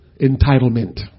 entitlement